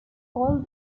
call